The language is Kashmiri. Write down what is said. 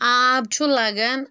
آب چھُ لگان